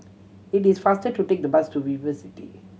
it is faster to take the bus to VivoCity